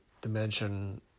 dimension